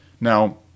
Now